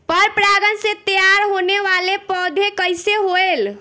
पर परागण से तेयार होने वले पौधे कइसे होएल?